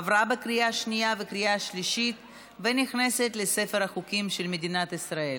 עברה בקריאה השנייה ובקריאה השלישית ונכנסת לספר החוקים של מדינת ישראל.